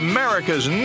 America's